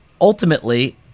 ultimately